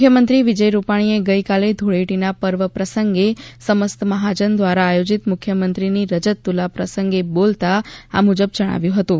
મુખ્યમંત્રી વિજય રૂપાણીએ ગઇકાલે ધુળેટીના પર્વ પ્રસંગે સમસ્ત મહાજન દ્વારા આયોજીત મુખ્યમંત્રીની રજત તુલા પ્રસંગે બોલતા આ મુજબ જણાવ્યું હતું